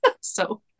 So-